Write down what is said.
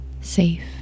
safe